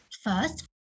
First